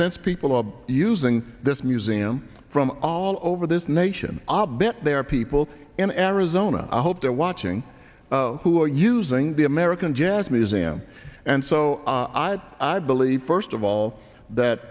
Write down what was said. since people are using this museum from all over this nation ah bet there are people in arizona i hope they're watching who are using the american jazz museum and so i i believe first of all that